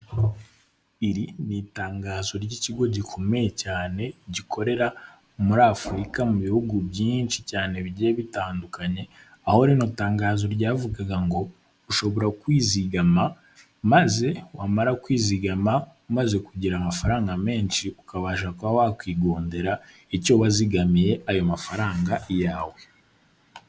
Iri ni itangazo ry’ikigo gikomeye cyane gikorera muri Afurika, mu bihugu byinshi bitandukanye. Iryo tangazo ryavugaga ngo: "Ushobora kwizigama, maze wamara kwizigama umaze kugira amafaranga menshi, ukabasha kuba wakwigondera icyo wazigamiye. Ayo mafaranga ni ayawe."